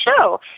show